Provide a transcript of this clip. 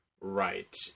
right